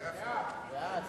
בעד.